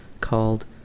called